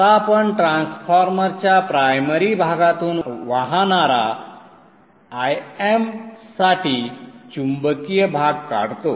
आता आपण ट्रान्सफॉर्मरच्या प्रायमरी भागातून वाहणारा Im साठी चुंबकीय भाग काढतो